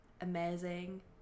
amazing